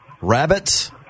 Rabbits